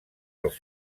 als